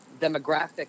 demographic